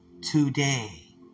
today